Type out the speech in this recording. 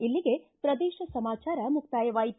ಇಲ್ಲಿಗೆ ಪ್ರದೇಶ ಸಮಾಚಾರ ಮುಕ್ತಾಯವಾಯಿತು